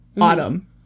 Autumn